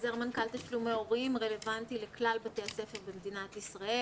חוזר מנכ"ל תשלומי הורים רלוונטי לכלל בתי הספר במדינת ישראל,